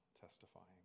testifying